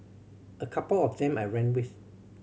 a couple of them I ran with